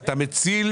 לפי